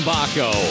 Baco